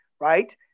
right